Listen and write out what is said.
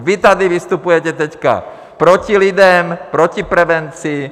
Vy tady vystupujete teď proti lidem, proti prevenci.